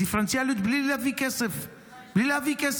בדיפרנציאליות, בלי להביא כסף מהאוצר.